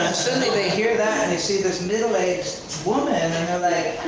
suddenly they hear that and they see this middle aged woman, and they're like,